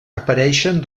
apareixen